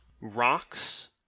rocks